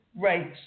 rates